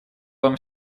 вам